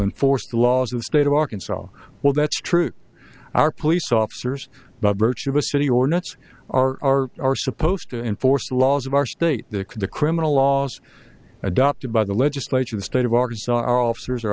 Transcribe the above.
enforce the laws of the state of arkansas well that's true our police officers by virtue of a city or nuts are are supposed to enforce the laws of our state the the criminal laws adopted by the legislature in the state of arkansas our officers are